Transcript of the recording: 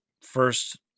first